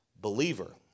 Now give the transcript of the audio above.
believer